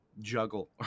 juggle